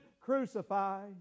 Crucify